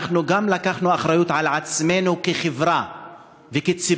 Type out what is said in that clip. אנחנו גם לקחנו אחריות על עצמנו, כחברה וכציבור,